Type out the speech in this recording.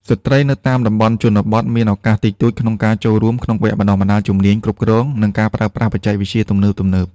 ស្ត្រីនៅតាមតំបន់ជនបទមានឱកាសតិចតួចក្នុងការចូលរួមក្នុងវគ្គបណ្តុះបណ្តាលជំនាញគ្រប់គ្រង និងការប្រើប្រាស់បច្ចេកវិទ្យាទំនើបៗ។